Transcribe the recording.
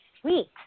Sweet